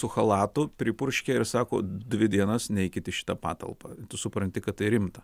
su chalatu pripurškia ir sako dvi dienas neikit į šitą patalpą tu supranti kad tai rimta